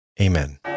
Amen